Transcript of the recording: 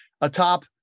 atop